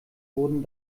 wurden